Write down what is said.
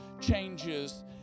changes